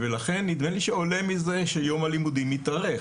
לכן, נדמה לי שעולה מזה שיום הלימודים מתארך.